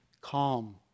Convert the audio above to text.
calm